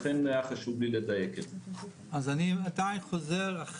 לכן היה לי חשוב לדייק את זה.